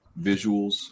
visuals